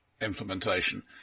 implementation